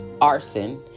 arson